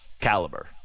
caliber